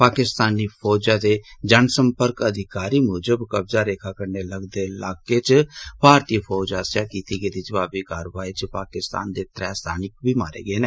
पाकिस्तानी फौजें दे जन सम्पर्क अधिकारी मूजब कब्जा रेखा कन्नै लगदे इलाके इच भारतीय फौज आस्सेआ कीती गेदी जवाबी कारवाई इच पाकिसतान दे त्रै सैनिक मारे गए न